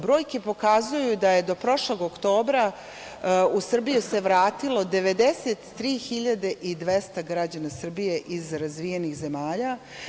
Brojke pokazuju da se do prošlog oktobra u Srbiju vratilo 93.200 građana Srbije iz razvijenih zemlja.